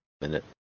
Minute